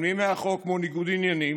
מתעלמים מהחוק, כמו ניגוד עניינים,